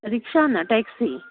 रिक्षा ना टॅक्सि